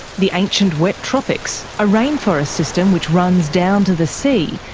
the ancient wet tropics, a rainforest system which runs down to the sea,